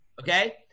Okay